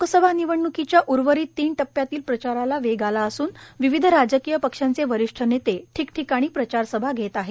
लोकसभा निवडणुकीच्या उर्वरित तीन टप्प्यातील प्रचाराला वेग आला असून विविध राजकीय पक्षांचे वरिष्ठ नेते ठिकठिकाणी प्रचारसभा घेत आहेत